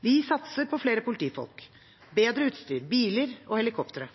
Vi satser på flere politifolk og bedre utstyr, biler og helikoptre.